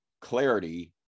clarity